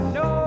no